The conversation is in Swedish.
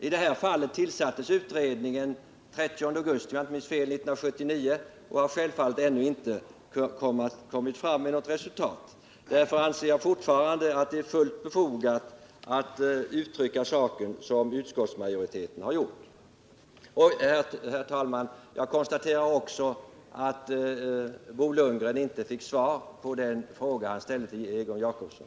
I detta fall tillsattes utredningen den 30 augusti 1979, och den har självfallet ännu inte kommit fram med något resultat. Därför anser jag fortfarande att det är fullt befogat att uttrycka saken så som utskottsmajoriteten har gjort. Herr talman! Jag konstaterar också att Bo Lundgren inte fick svar på den fråga han ställde till Egon Jacobsson.